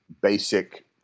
basic